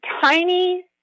tiny